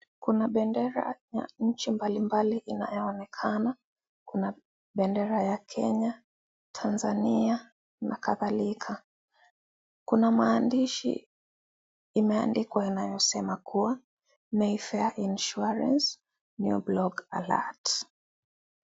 Kuna bendera ya nchi mbali mbali inayoonekana. Kuna bendera ya Kenya, Tanzania na kadhalika. Kuna maandishi imeandikwa inayosema kuwa Meifare insurance, new block alert .